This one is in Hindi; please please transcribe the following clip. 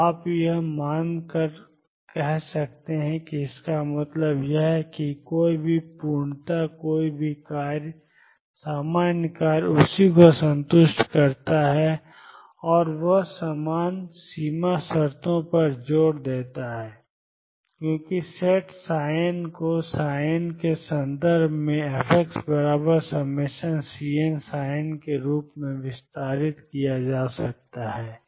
तो आप यह मानकर कह सकते हैं कि इसका मतलब यह है कि कोई भी पूर्णता कोई भी कार्य सामान्य कार्य उसी को संतुष्ट करता है और वह समान सीमा शर्तों पर जोर देता है क्योंकि सेट n को n के संदर्भ में fx∑Cnn के रूप में विस्तारित किया जा सकता है